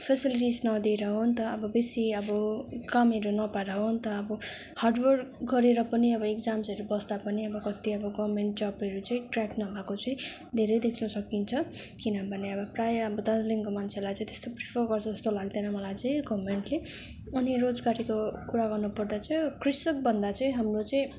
facilities नदिएर हो नि त अब बेसी अब कामहरू नपाएर हो नि त अब हार्ड वर्क गरेर पनि अब इकजाम्सहरू बस्दा पनि अब कति अब गबर्मेन्ट जबहरू चाहिँ क्र्याक नभएको चाहिँ धेरै देख्न सकिन्छ किनभने अब प्रायः दार्जिलिङको मान्छेलाई चाहिँ त्यस्तो प्रिफर गर्छ जस्तो लाग्दैन मलाई चाहिँ गभर्मेन्टले अनि रोजगारीको कुरा गर्नुपर्दा चाहिँ कृषक भन्दा चाहिँ हाम्रो चाहिँ